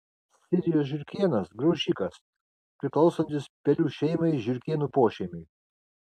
sirijos žiurkėnas graužikas priklausantis pelių šeimai žiurkėnų pošeimiui